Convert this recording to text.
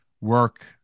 work